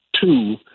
Two